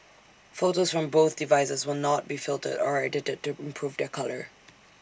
photos from both devices will not be filtered or edited to improve their colour